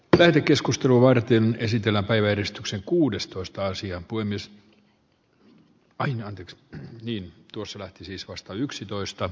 pitäisi keskustanuorten esitellä kaiveristuksen kuudestoista asian puimista on jo nyt kiinni tuossa siis vasta yksitoista